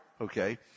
okay